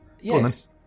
Yes